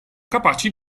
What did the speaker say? capaci